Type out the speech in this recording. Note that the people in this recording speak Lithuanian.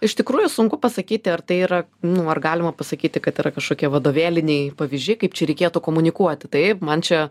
iš tikrųjų sunku pasakyti ar tai yra nu ar galima pasakyti kad yra kažkokie vadovėliniai pavyzdžiai kaip čia reikėtų komunikuoti taip man čia